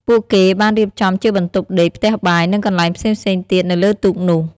ពួកគេបានរៀបចំជាបន្ទប់ដេក ផ្ទះបាយ និងកន្លែងផ្សេងៗទៀតនៅលើទូកនោះ។